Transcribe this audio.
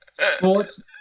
Sports